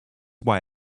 why